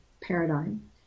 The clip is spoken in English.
paradigm